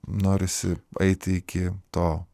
norisi eiti iki to